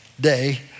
day